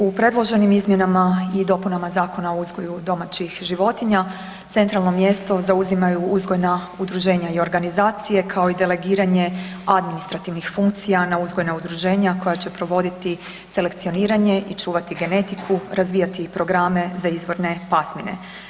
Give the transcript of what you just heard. U predloženim izmjenama i dopunama Zakona o uzgoju domaćih životinja, centralno mjesto zauzimaju uzgojna udružena i organizacije, kao i delegiranje administrativnih funkcija na uzgojna udruženja koja će provoditi selekcioniranje i čuvati genetiku, razvijati programe za izvorne pasmine.